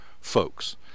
folks